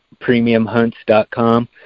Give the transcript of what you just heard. PremiumHunts.com